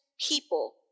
people